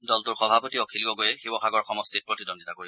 দলটোৰ সভাপতি অখিল গগৈয়ে শিৱসাগৰ সমষ্টিত প্ৰদিদ্বন্দিতা কৰিব